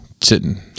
sitting